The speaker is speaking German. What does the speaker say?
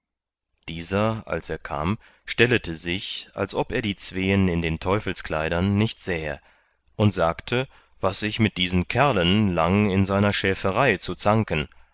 dieser als er kam stellete sich als ob er die zween in den teufelskleidern nicht sähe und sagte was ich mit diesen kerlen lang in seiner schäferei zu zanken